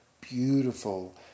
beautiful